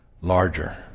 larger